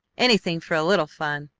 anything for a little fun!